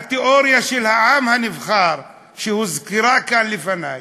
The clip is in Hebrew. התיאוריה של העם הנבחר, שהוזכרה כאן לפני,